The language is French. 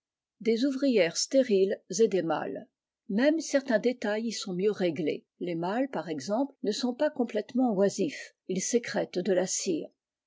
des ouvrières stériles et des mâles même certains détails y sont mieux réglés les mâles par exemple ne sont pas complètement oisifs ils sécrètent de la cire